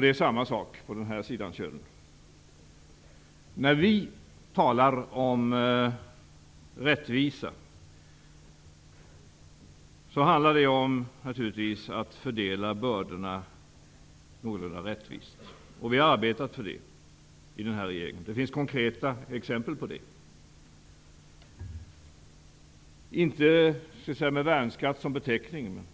Det är samma sak på den här sidan kölen. När vi talar om rättvisa handlar det naturligtvis om att fördela bördorna någorlunda rättvist. Vi har arbetat för det i den här regeringen. Det finns konkreta exempel på det. Vi har inte arbetat med värnskatt som beteckning, men